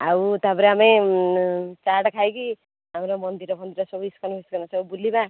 ଆଉ ତାପରେ ଆମେ ଚାଟ ଖାଇକି ଆମର ମନ୍ଦିର ଫନ୍ଦୀର ସବୁ ଇସ୍କନ ମିସ୍କନ ସବୁ ବୁଲିବା